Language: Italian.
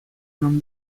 non